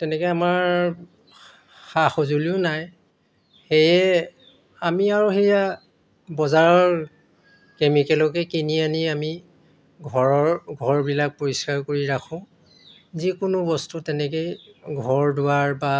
তেনেকৈ আমাৰ সা সঁজুলিও নাই সেয়ে আমি আৰু সেয়া বজাৰৰ কেমিকেলকে কিনি আনি আমি ঘৰৰ ঘৰবিলাক পৰিষ্কাৰ কৰি ৰাখোঁ যিকোনো বস্তু তেনেকেই ঘৰ দুৱাৰ বা